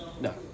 No